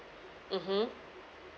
mmhmm